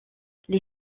les